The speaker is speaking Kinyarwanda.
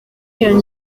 iyo